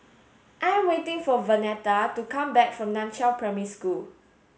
I am waiting for Vernetta to come back from Nan Chiau Primary School